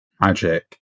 magic